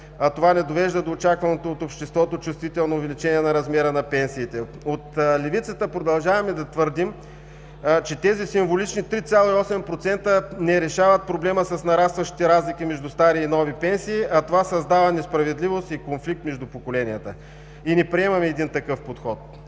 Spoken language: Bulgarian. това не довежда до очакваното от обществото чувствително увеличение на размера на пенсиите. От левицата продължаваме да твърдим, че тези символични 3,8% не решават проблема с нарастващите разлики между стари и нови пенсии, а това създава несправедливост и конфликт между поколенията. Ние не приемаме такъв един подход.